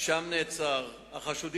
שבו עצר רכב